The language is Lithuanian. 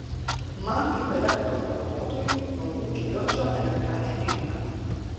man kaip elektros vartotojui nuo jų kivirčo elektra nepinga